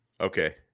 okay